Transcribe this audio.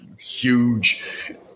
huge